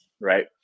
right